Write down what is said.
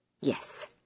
Yes